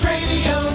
Radio